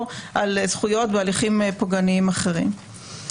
על זכויות בהליכים פוגעניים אחרים.